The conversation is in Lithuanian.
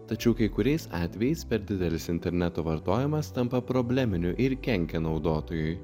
tačiau kai kuriais atvejais per didelis interneto vartojimas tampa probleminiu ir kenkia naudotojui